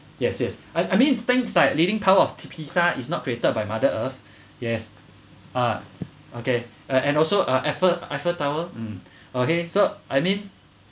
yes yes I I mean things like leaning tower of pisa is not created by mother earth yes ah okay and also eiffel eiffel tower um okay so I mean